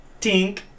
tink